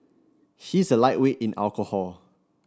he is a lightweight in alcohol